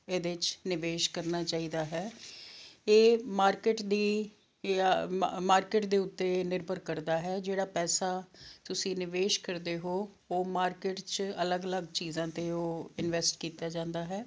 ਇਹਦੇ 'ਚ ਨਿਵੇਸ਼ ਕਰਨਾ ਚਾਹੀਦਾ ਹੈ ਇਹ ਮਾਰਕੀਟ ਦੀ ਜਾਂ ਮਾਰਕੀਟ ਦੇ ਉੱਤੇ ਨਿਰਭਰ ਕਰਦਾ ਹੈ ਜਿਹੜਾ ਪੈਸਾ ਤੁਸੀਂ ਨਿਵੇਸ਼ ਕਰਦੇ ਹੋ ਉਹ ਮਾਰਕੀਟ 'ਚ ਅਲੱਗ ਅਲੱਗ ਚੀਜ਼ਾਂ 'ਤੇ ਉਹ ਇਨਵੈਸਟ ਕੀਤਾ ਜਾਂਦਾ ਹੈ